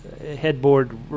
headboard